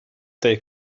they